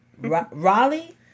Raleigh